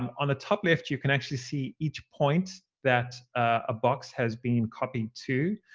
um on the top left, you can actually see each point that a box has been copied to.